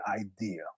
idea